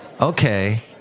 Okay